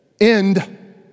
end